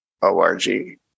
.org